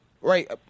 right